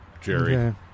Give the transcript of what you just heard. Jerry